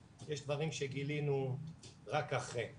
יש דברים שגילינו רק אחרי.